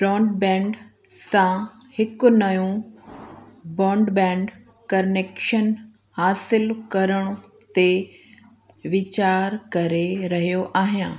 broadband सां हिकु नयो ब्रॉंडबैंड कनैक्शन हासिल करण ते वीचार करे रहियो आहियां